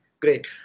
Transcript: Great